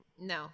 No